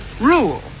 Rule